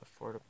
affordable